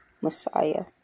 Messiah